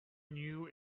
knew